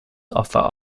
offer